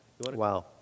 Wow